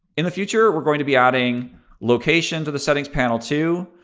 in the future, we're going to be adding location to the settings panel, too.